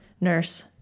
nurse